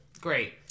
Great